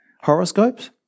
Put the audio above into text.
horoscopes